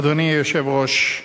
אדוני היושב-ראש,